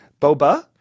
Boba